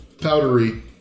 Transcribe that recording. powdery